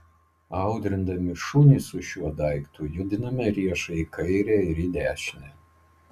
audrindami šunį su šiuo daiktu judiname riešą į kairę ir į dešinę